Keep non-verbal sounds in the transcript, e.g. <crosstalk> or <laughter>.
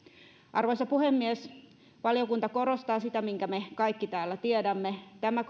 arvoisa puhemies valiokunta korostaa sitä minkä me kaikki täällä tiedämme tämä <unintelligible>